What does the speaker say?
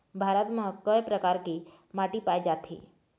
भारत म कय प्रकार के माटी पाए जाथे?